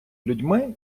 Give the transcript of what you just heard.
людьми